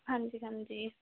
ਹਾਂਜੀ ਹਾਂਜੀ